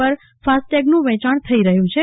પર પણ ફાસ્ટેગનું વેંચાણ થઈ રહયું છે